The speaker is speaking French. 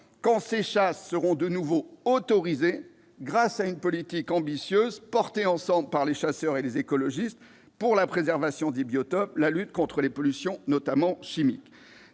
quand ces chasses seront de nouveau autorisées, grâce à une politique ambitieuse, portée ensemble par les chasseurs et par les écologistes, pour la préservation des biotopes et la lutte contre les pollutions, notamment chimiques